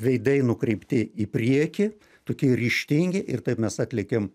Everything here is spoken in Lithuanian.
veidai nukreipti į priekį tokie ryžtingi ir taip mes atlėkėm